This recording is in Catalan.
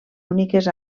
úniques